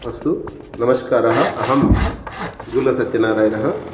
अस्तु नमस्कारः अहं गुलसत्यनारायणः